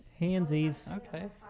Handsies